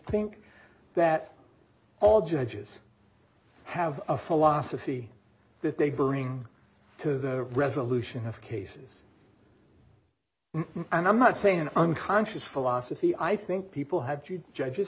think that all judges have a philosophy that they bring to the resolution of cases i'm not saying an unconscious philosophy i think people have to judges